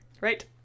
Right